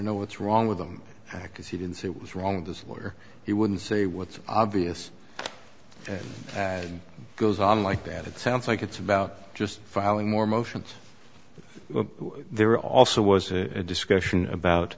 know what's wrong with them because he didn't say it was wrong this or he wouldn't say what's obvious ad goes on like that it sounds like it's about just filing more motions there also was a discussion about